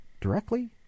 directly